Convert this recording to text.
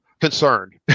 concerned